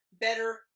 better